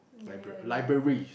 libra~ library